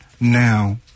now